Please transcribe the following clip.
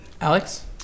Alex